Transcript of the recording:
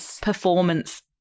performance